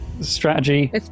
strategy